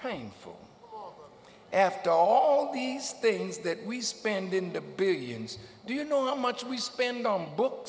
painful after all these things that we spend in the billions do you know how much we spend on books